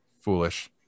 Foolish